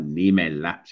nimellä